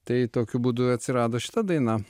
tai tokiu būdu atsirado šita daina